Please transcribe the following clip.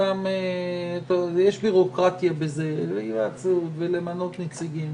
יש בזה בירוקרטיה והתייעצות ומינוי נציגים,